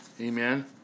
Amen